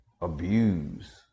abuse